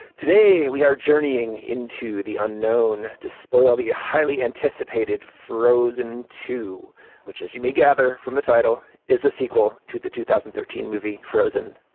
today, we are journeying into the unknown, despite all the highly anticipated frozen to which, as you may gather from the title, is a sequel to the two thousand and thirteen movie frozen.